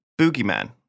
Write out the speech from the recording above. boogeyman